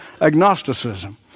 agnosticism